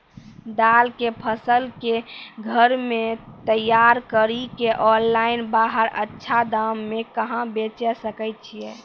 दाल के फसल के घर मे तैयार कड़ी के ऑनलाइन बाहर अच्छा दाम मे कहाँ बेचे सकय छियै?